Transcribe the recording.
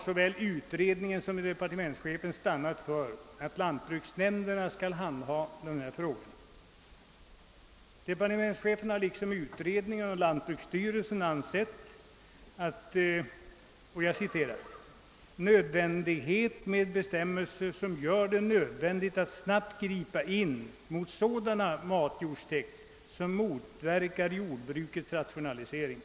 Såväl utredningen som departementschefen har stannat för att lantbruksnämnderna skall handha dessa frågor. Departementschefen har liksom utredningen och lantbruksstyrelsen ansett det >»nödvändigt med bestämmelser som gör det möjligt att snabbt gripa in mot sådan matjordstäkt som motverkar jordbrukets rationalisering».